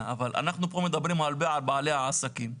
אבל אנחנו כאן מדברים הרבה על בעלי העסקים.